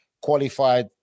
qualified